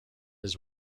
his